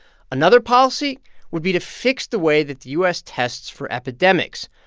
another policy would be to fix the way that the u s. tests for epidemics.